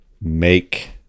make